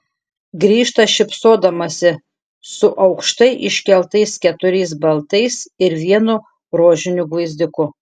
grįžta šypsodamasi su aukštai iškeltais keturiais baltais ir vienu rožiniu gvazdiku